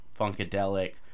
funkadelic